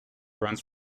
runs